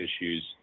issues